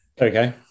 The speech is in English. Okay